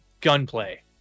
gunplay